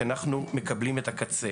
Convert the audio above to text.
כי אנחנו מקבלים את הקצה.